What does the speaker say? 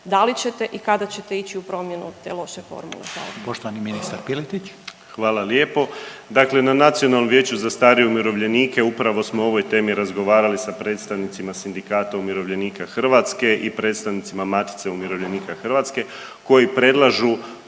Da li ćete i kada ćete ići u promjenu te loše formule?